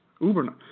Uber